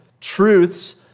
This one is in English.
truths